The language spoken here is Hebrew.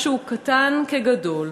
משהו קטן כגדול,